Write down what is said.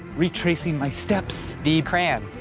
retracing my steps. the crab.